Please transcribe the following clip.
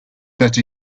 that